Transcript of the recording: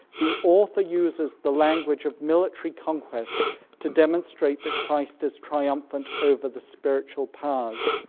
the author uses the language of military conquest to demonstrate that christ is triumphant over the spiritual powers.